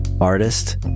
artist